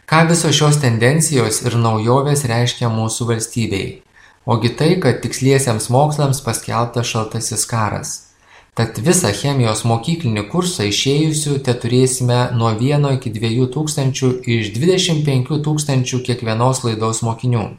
ką visos šios tendencijos ir naujovės reiškia mūsų valstybei ogi tai kad tiksliesiems mokslams paskelbtas šaltasis karas tad visą chemijos mokyklinį kursą išėjusių teturėsime nuo vieno iki dviejų tūkstančių iš dvidešim penkių tūkstančių kiekvienos laidos mokinių